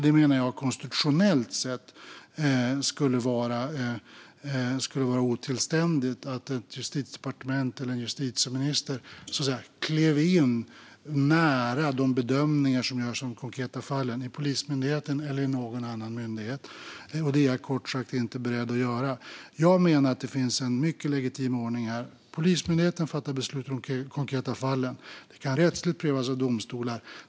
Jag menar att det konstitutionellt sett skulle vara otillständigt att ett justitiedepartement eller en justitieminister klev in nära de bedömningar som görs i de konkreta fallen vid Polismyndigheten eller någon annan myndighet. Det är jag kort sagt inte beredd att göra. Jag menar att det finns en mycket legitim ordning här: Polismyndigheten fattar beslut i de konkreta fallen. Dessa kan rättsligt prövas av domstolar.